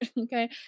Okay